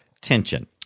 tension